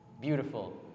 Beautiful